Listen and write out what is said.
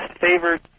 favored